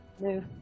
No